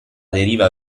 deriva